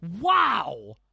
Wow